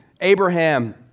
Abraham